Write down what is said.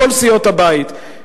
מכל סיעות הבית,